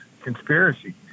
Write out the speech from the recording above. conspiracy